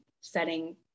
setting